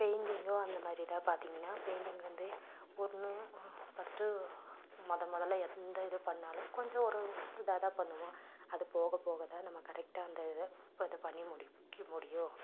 பெயிண்டிங்கும் அந்த மாதிரி தான் பார்த்தீங்கன்னா பெயிண்டிங் வந்து ஒன்று ஃபஸ்ட்டு மொதல் முதல்ல எந்த இது பண்ணிணாலும் கொஞ்சம் ஒரு இதாக தான் பண்ணுவோம் அது போக போக தான் நம்ம கரெக்டாக அந்த இதை பண்ணி முடிக்க முடியும்